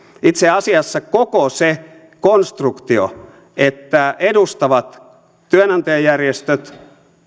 itse asiassa koko se konstruktio että edustavat työnantajajärjestöt